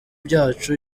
byacu